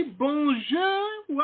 Bonjour